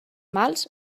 mals